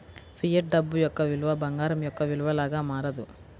fiat డబ్బు యొక్క విలువ బంగారం యొక్క విలువ లాగా మారదు